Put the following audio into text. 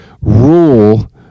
rule